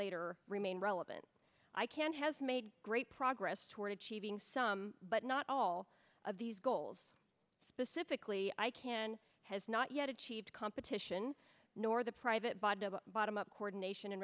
later remain relevant i can has made great progress toward achieving some but not all of these goals specifically icann has not yet achieved competition nor the private bond of bottom up coordination and